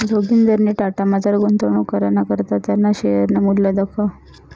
जोगिंदरनी टाटामझार गुंतवणूक कराना करता त्याना शेअरनं मूल्य दखं